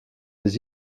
des